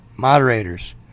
moderators